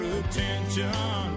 attention